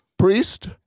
Priest